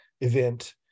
event